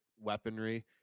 weaponry